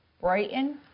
Brighton